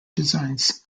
designs